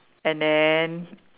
and then